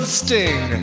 sting